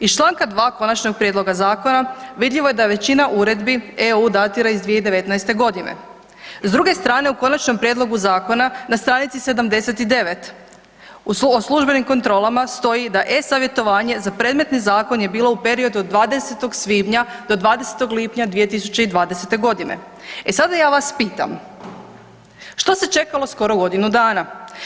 Iz čl. 2. Konačnog prijedloga zakona vidljivo je da većina uredbi EU datira iz 2019.g., s druge strane u Konačnom prijedlogu zakona na stranici 79 o službenim kontrolama stoji da e-savjetovanje za predmetni zakon je bilo u periodu od 20. svibnja do 20. lipnja 2020.g. E sada ja vas pitam, što se čekalo skoro godinu dana?